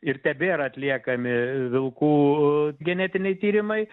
ir tebėra atliekami vilkų genetiniai tyrimai